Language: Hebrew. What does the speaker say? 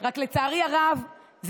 "לדאוג שהרפורמה הזו,